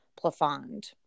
plafond